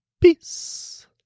Peace